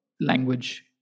language